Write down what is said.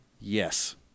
Yes